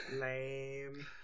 Lame